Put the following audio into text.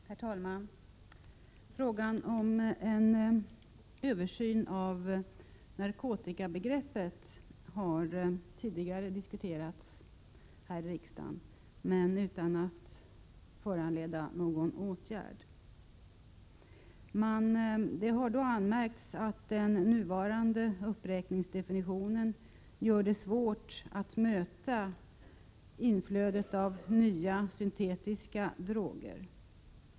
Herr talman! Frågan om en översyn av narkotikabegreppet har tidigare diskuterats här i riksdagen, men utan att det föranledde någon åtgärd. Det har då anmärkts att den nuvarande uppräkningsdefinitionen gör det svårt att möta inflödet av nya syntetiska droger.